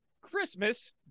Christmas